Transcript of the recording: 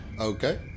Okay